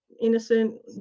innocent